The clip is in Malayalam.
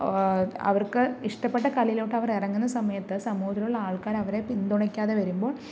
അവർക്ക് ഇഷ്ടപ്പെട്ട കലയിലോട്ട് അവർ ഇറങ്ങുന്ന സമയത്ത് സമൂഹത്തിലുള്ള ആൾക്കാര് അവരെ പിന്തുണയ്ക്കാതെ വരുമ്പോൾ